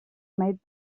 made